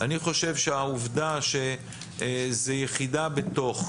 אני חושב שהעובדה שזה יחידה בתוך,